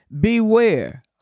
Beware